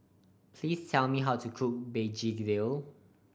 please tell me how to cook begedil